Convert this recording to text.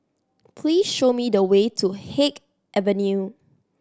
please show me the way to Haig Avenue